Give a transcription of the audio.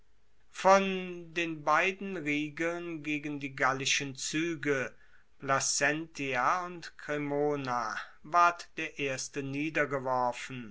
von den beiden riegeln gegen die gallischen zuege placentia und cremona ward der erste